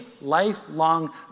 lifelong